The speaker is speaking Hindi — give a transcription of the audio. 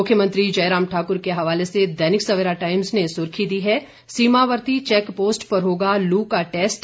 मुख्यमंत्री जयराम ठाक्र के हवाले से दैनिक सवेरा टाइम्स ने सुर्खी दी है सीमावर्ती चैक पोस्ट पर होगा लू का टैस्ट